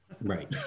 Right